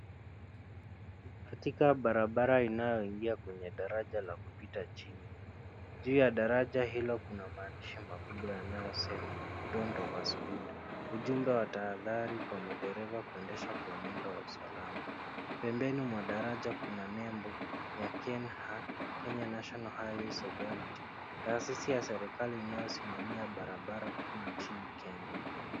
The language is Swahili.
Katika barabara inayoingia kwenye daraja la kupita chini, juu la daraja hilo kuna maandishi makubwa yanayosema Dont Overspeed, ujumbe wa taathari kwa madereva kuendesha kwa mwendo wa salama. Pembeni mwa daraja kuna nembo ya KeNHA Kenya National Highways Authority, taasisi ya serikali inayosimamia barabara kuu nchini Kenya.